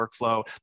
workflow